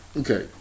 okay